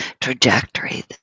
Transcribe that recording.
trajectory